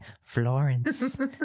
Florence